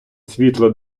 світло